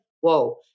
Whoa